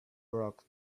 brought